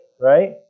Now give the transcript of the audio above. right